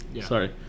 sorry